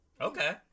Okay